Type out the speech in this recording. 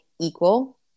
equal